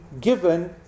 given